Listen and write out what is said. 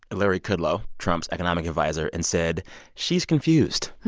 and larry kudlow, trump's economic adviser, and said she's confused.